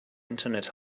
internet